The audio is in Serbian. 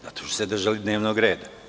Zato što su se držali dnevnog reda.